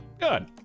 good